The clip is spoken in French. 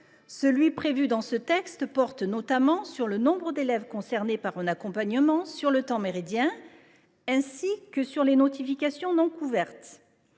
prévu dans ce texte porte notamment sur le nombre d’élèves concernés par un accompagnement sur le temps méridien et sur les notifications non couvertes.